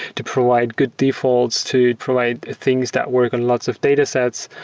to provide good defaults, to provide things that work on lots of datasets.